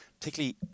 particularly